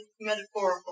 metaphorical